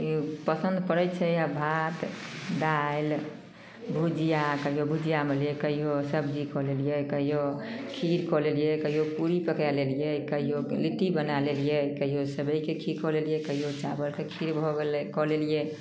ई पसन्द पड़ै छै भात दालि भुजिआ कहिओ भुजिआ भेलै कहिओ सबजी कऽ लेलिए कहिओ खीर कऽ लेलिए कहिओ पूड़ी पकै लेलिए कहिओ लिट्टी बनै लेलिए कहिओ सेवइके खीर कऽ लेलिए कहिओ चावलके खीर भऽ गेलै कऽ लेलिए